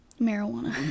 Marijuana